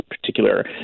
particular